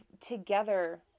together